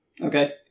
Okay